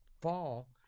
fall